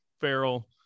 Ferrell